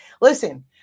Listen